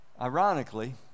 ironically